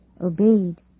obeyed